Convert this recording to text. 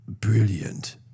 brilliant